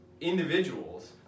individuals